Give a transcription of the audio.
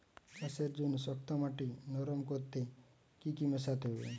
চাষের জন্য শক্ত মাটি নরম করতে কি কি মেশাতে হবে?